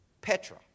Petra